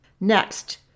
Next